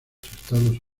estados